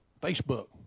Facebook